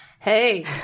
Hey